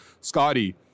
Scotty